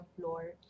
floor